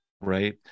right